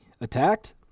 attacked